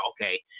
okay